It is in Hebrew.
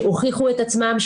שהוכיחו את עצמן,